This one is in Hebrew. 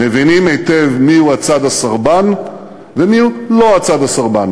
מבינים היטב מיהו הצד הסרבן ומיהו לא הצד הסרבן.